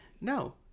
no